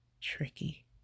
tricky